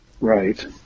Right